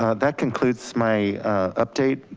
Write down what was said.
ah that concludes my update,